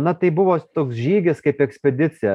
na tai buvo toks žygis kaip ekspedicija